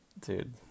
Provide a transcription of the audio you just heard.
Dude